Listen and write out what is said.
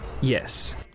Yes